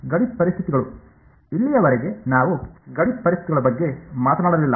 ಗಡಿ ಪರಿಸ್ಥಿತಿಗಳು ಇಲ್ಲಿಯವರೆಗೆ ನಾವು ಗಡಿ ಪರಿಸ್ಥಿತಿಗಳ ಬಗ್ಗೆ ಮಾತನಾಡಲಿಲ್ಲ